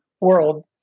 world